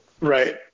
Right